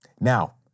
Now